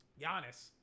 Giannis